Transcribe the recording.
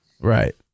Right